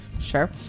Sure